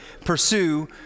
pursue